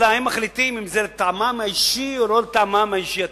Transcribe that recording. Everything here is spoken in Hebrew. אלא הם מחליטים אם התכנון הוא לטעמם האישי או לא לטעמם האישי.